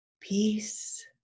peace